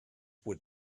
would